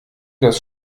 das